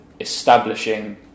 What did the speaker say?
establishing